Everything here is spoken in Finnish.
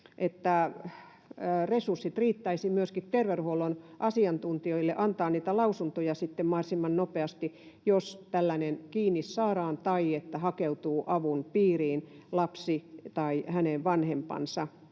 että resurssit riittäisivät myöskin terveydenhuollon asiantuntijoille antaa sitten niitä lausuntoja mahdollisimman nopeasti. Jos tällainen kiinni saadaan tai lapsi hakeutuu avun piiriin tai hänen vanhempansa